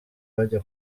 bajya